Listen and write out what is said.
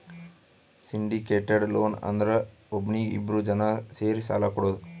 syndicated loan ಅಂದುರ್ ಒಬ್ನೀಗಿ ಇಬ್ರು ಜನಾ ಸೇರಿ ಸಾಲಾ ಕೊಡೋದು